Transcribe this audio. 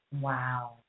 Wow